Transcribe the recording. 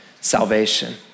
salvation